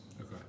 Okay